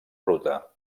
ruta